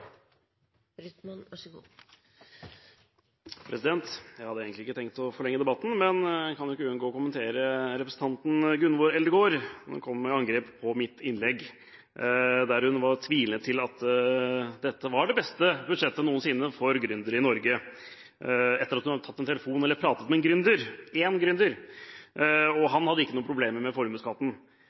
hadde egentlig ikke tenkt å forlenge debatten, men jeg kan jo ikke unngå å kommentere representanten Gunvor Eldegards angrep på mitt innlegg. Hun var tvilende til at dette var det beste budsjettet noensinne for gründere i Norge, etter at hun hadde pratet med én gründer og han ikke hadde noen problemer med